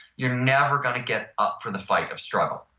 you're never going to get up for the flight of struggle.